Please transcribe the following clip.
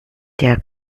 der